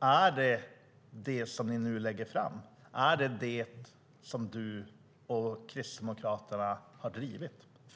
Är det detta ni lägger fram? Är det detta du och Kristdemokraterna har drivit?